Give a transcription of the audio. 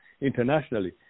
internationally